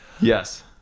Yes